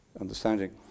understanding